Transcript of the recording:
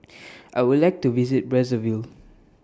I Would like to visit Brazzaville